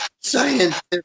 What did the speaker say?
scientific